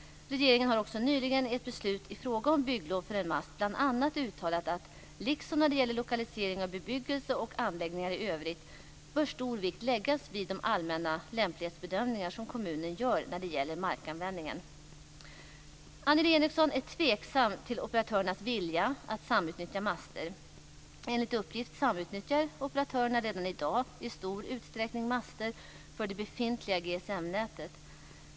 Regeringen har också nyligen i ett beslut i fråga om bygglov för en mast bl.a. uttalat att liksom när det gäller lokalisering av bebyggelse och anläggningar i övrigt bör stor vikt läggas vid de allmänna lämplighetsbedömningar som kommunen gör när det gäller markanvändningen. Annelie Enochson är tveksam till operatörernas vilja att samutnyttja master. Enligt uppgift samutnyttjar operatörerna redan i dag i stor utsträckning master för det befintliga GSM-nätet.